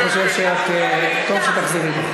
חברת הכנסת גרמן, אני חושב שטוב שתחזרי בך.